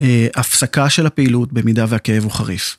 הפסקה של הפעילות במידה והכאב הוא חריף.